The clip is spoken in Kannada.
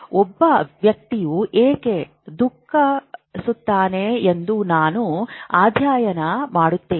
ಒಬ್ಬ ವ್ಯಕ್ತಿಯು ಏಕೆ ದುಃಖಿಸುತ್ತಾನೆ ಎಂದು ನಾವು ಅಧ್ಯಯನ ಮಾಡುತ್ತೇವೆ